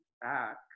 back